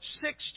six